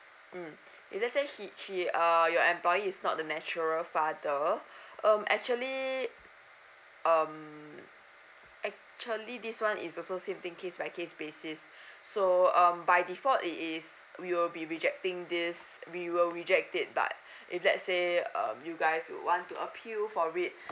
mm if let's say she she uh your employee is not the natural father um actually um actually this one is also same thing case by case basis so um by default it is we will be rejecting this we will reject it but if let's say um you guys want to appeal for it